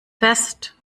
fest